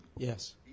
Yes